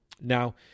Now